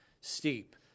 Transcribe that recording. steep